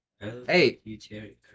Hey